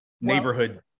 neighborhood